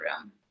room